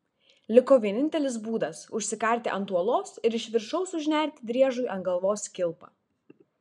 liko vienintelis būdas užsikarti ant uolos ir iš viršaus užnerti driežui ant galvos kilpą